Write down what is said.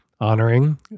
Honoring